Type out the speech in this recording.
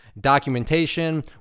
documentation